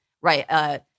right